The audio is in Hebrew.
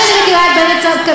בוודאי שאני מכירה את בני קצובר,